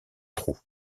trous